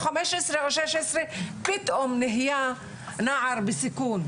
חמש עשרה או שש עשרה פתאום נהיה נער בסיכון.